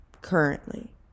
currently